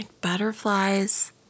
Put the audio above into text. butterflies